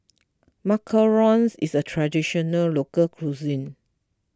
Macarons is a Traditional Local Cuisine